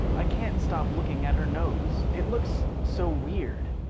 i can't stop looking at her nose. it looks so weird.